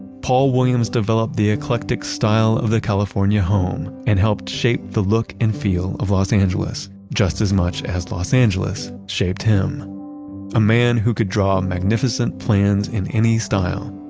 paul williams developed the eclectic style of the california home, and helped shape the look and feel of los angeles, just as much as los angeles shaped him a man who could draw magnificent plans in any style,